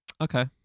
Okay